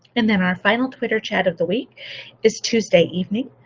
and then our final twitter chat of the week is tuesday evening.